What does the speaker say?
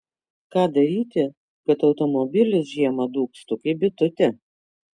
ką daryti kad automobilis žiemą dūgztų kaip bitutė